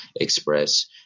express